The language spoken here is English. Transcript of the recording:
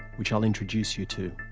which i'll introduce you to.